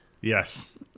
Yes